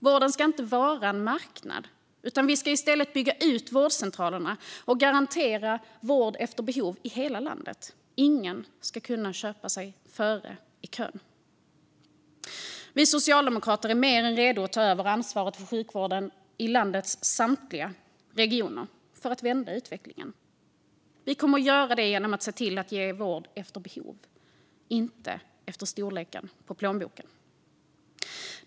Vården ska inte vara en marknad, utan vi ska i stället bygga ut vårdcentralerna och garantera vård efter behov i hela landet. Ingen ska kunna köpa sig före i kön. Vi socialdemokrater är mer än redo att ta över ansvaret för sjukvården i landets samtliga regioner för att vända utvecklingen. Vi kommer att göra det genom att se till att vård ges efter behov, inte efter storleken på plånboken.